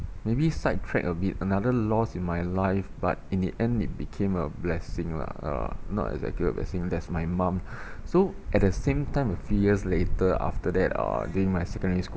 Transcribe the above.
maybe side track a bit another loss in my life but in the end it became a blessing lah uh not exactly a blessing that's my mom so at the same time a few years later after that uh during my secondary school